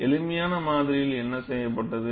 எளிமையான மாதிரியில் என்ன செய்யப்பட்டது